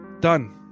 Done